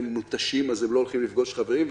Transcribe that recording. הם מותשים אז הם לא הולכים לפגוש חברים,